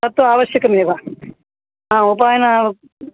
तत्तु आवश्यकमेव हा उपायनम्